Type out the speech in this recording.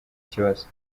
kibazo